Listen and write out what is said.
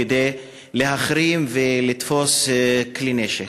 כדי להחרים ולתפוס כלי נשק.